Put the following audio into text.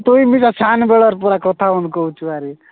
ତୁଇ ବି ନା ସାନ ବେଳର୍ ପୁରା କଥା ମାନ କହୁଛୁ ଆରେ